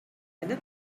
gaida